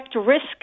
risk